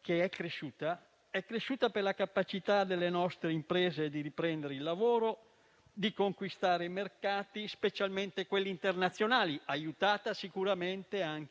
è dovuta alla capacità delle nostre imprese di riprendere il lavoro e di conquistare i mercati, specialmente quelli internazionali, aiutata sicuramente dalle